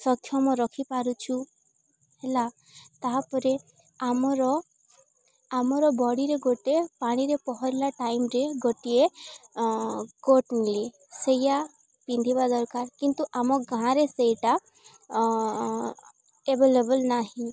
ସକ୍ଷମ ରଖିପାରୁଛୁ ହେଲା ତାପରେ ଆମର ଆମର ବଡ଼ିରେ ଗୋଟେ ପାଣିରେ ପହଁରିଲା ଟାଇମରେେ ଗୋଟିଏ କୋଟ୍ ନିଏ ସେଇଟା ପିନ୍ଧିବା ଦରକାର କିନ୍ତୁ ଆମ ଗାଁରେ ସେଇଟା ଏଭେଲେବଲ୍ ନାହିଁ